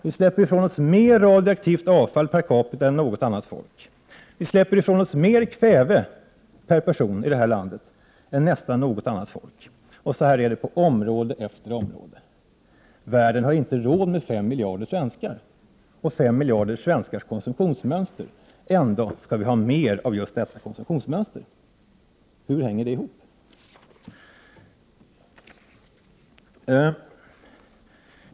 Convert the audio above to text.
Vi släpper ifrån oss mer radioaktivt avfall per capita än något annat folk. Vi släpper ifrån oss mer kväve per person i vårt land än nästan något annat folk. Så här är det på område efter område. Världen har inte råd med fem miljarder svenskar och fem miljarder svenskars konsumtionsmönster. Ändå skall vi ha mer av just detta konsumtionsmönster. Hur hänger det ihop?